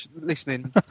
listening